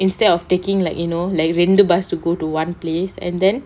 instead of taking like you know like random bus to go to one place and then